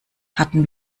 hatten